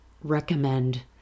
recommend